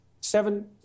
Seven